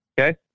Okay